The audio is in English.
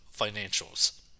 financials